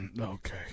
okay